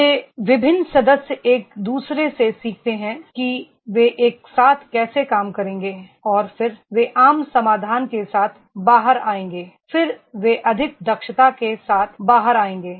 ये विभिन्न सदस्य एक दूसरे से सीखते हैं कि वे एक साथ कैसे काम करेंगे और फिर वे आम समाधान के साथ बाहर आएंगे फिर वे अधिक दक्षता के साथ बाहर आएंगे